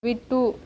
விட்டு